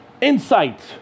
insight